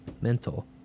mental